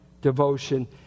devotion